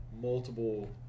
multiple